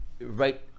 right